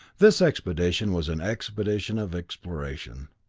this expedition was an expedition of exploration.